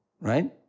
right